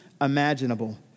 imaginable